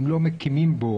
אם לא מקימים בו